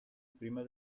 prima